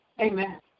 Amen